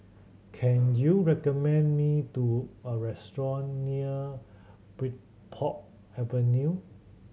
can you recommend me do a restaurant near Bridport Avenue